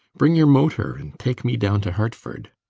bring your motor and take me down to hertford.